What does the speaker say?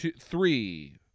Three